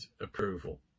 approval